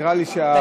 נראה לי שהווליום,